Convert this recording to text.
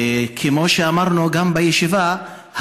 כמו שאמרנו גם בישיבה,